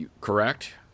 Correct